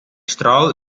strahl